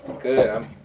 Good